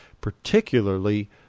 particularly